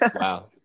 Wow